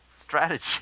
strategy